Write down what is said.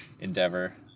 endeavor